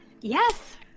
Yes